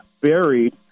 buried